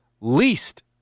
least –